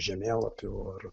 žemėlapių ar